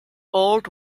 old